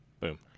Boom